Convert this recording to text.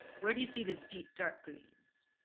where do you see the deep dark greens